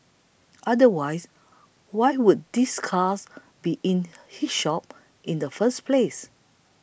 otherwise why would these cars be in his shop in the first place